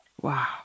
Wow